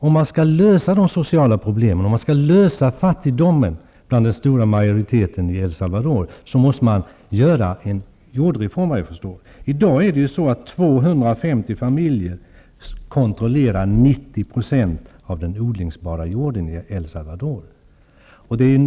Om man skall lösa de sociala pro blemen och fattigdomsproblemen bland den stora majoriteten i El Salvador, måste det, såvitt jag förstår, ske en jordreform. I dag kontrollerar 250 famil jer 90 % av den odlingsbara jorden i El Salvador.